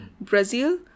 Brazil